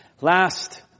Last